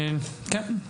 כן.